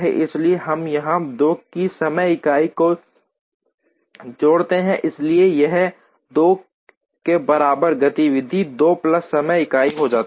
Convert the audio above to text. इसलिए हम यहां 2 की समय इकाई को जोड़ते हैं इसलिए यह 2 के बराबर गतिविधि 2 प्लस समय इकाई हो जाती है